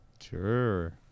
Sure